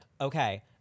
Okay